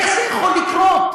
איך זה יכול לקרות?